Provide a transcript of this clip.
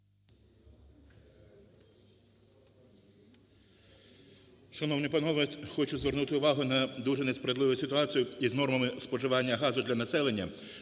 Шановні панове, хочу звернути увагу на дуже несправедливу ситуацію із нормами споживання газу для населення,